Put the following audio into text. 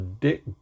dick